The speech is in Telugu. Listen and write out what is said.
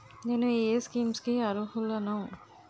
నేను ఏ స్కీమ్స్ కి అరుహులను?